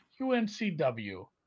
UNCW